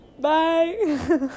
Bye